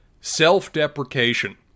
self-deprecation